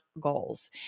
goals